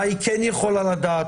מה היא כן יכולה לדעת,